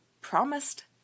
promised